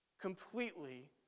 completely